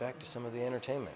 back to some of the entertainment